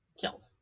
killed